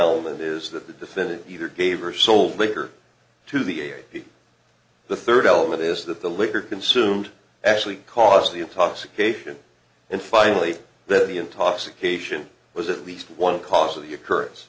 element is that the defendant either gave or sold later to the a p the third element is that the liquor consumed actually caused the intoxication and finally that the intoxication was at least one cause of the occurrence